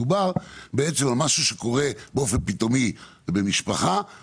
מדובר על משהו שקורה באופן פתאומי במשפחה.